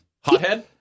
hothead